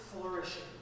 flourishing